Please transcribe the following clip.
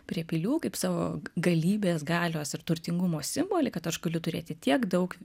prie pilių kaip savo galybės galios ir turtingumo simbolį kad aš galiu turėti tiek daug